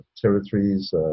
territories